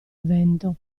vento